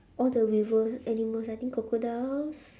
all the river animals I think crocodiles